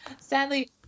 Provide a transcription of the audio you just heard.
Sadly